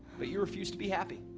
but you refuse to be happy